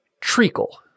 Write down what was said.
treacle